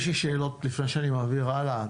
יש לי שאלות לפני שאני עובר הלאה,